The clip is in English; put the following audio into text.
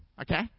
Okay